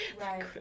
Right